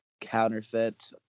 Counterfeit